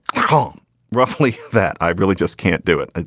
home roughly. that i really just can't do it.